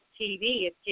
TV